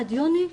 עד יוני,